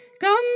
Come